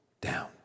down